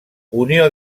unió